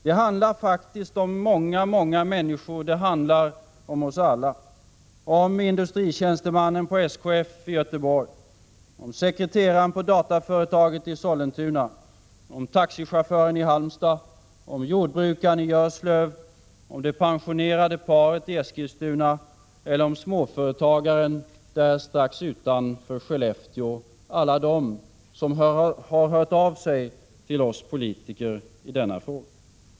Det handlar om många, många människor, det handlar om oss alla — om industritjänstemannen på SKF i Göteborg, om sekreteraren på dataföretaget i Sollentuna, om taxichauffören i Halmstad, om jordbrukaren i Görslöv, om det pensionerade paret i Eskilstuna eller om småföretagaren där strax utanför Skellefteå. Det handlar om alla dem som har hört av sig till oss politiker i denna fråga.